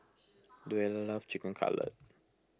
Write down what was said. Louella loves Chicken Cutlet